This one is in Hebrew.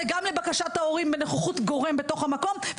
גם לבקשת ההורים בנוכחות גורם בתוך המקום,